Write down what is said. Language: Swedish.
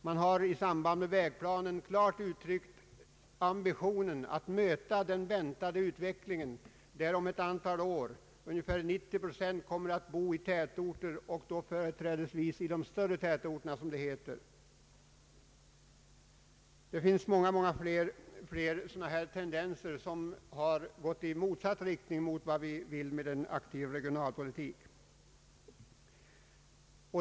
Man har i samband med vägplanen klart uttryckt ambitionen att möta den väntade utvecklingen, där om ett antal år ungefär 90 procent av befolkningen kommer att bo i tätorter och då företrädesvis i de större tätorterna. Det finns många flera tendenser som gått i motsatt riktning mot vad vi vill med en aktiv näringspolitik.